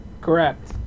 Correct